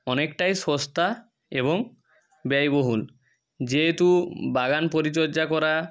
অনেকটাই সস্তা এবং ব্যয়বহুল যেহেতু বাগান পরিচর্যা করা